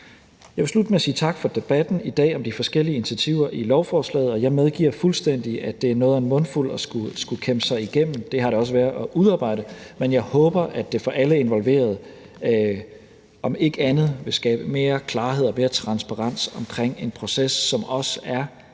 Jeg vil slutte med at sige tak for debatten i dag om de forskellige initiativer i lovforslaget, og jeg medgiver fuldstændig, at det er noget af en mundfuld at skulle kæmpe sig igennem. Det har det også været at udarbejde, men jeg håber, at det for alle involverede om ikke andet vil skabe mere klarhed og mere transparens omkring en proces, som også er både